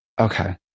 Okay